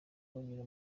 banyura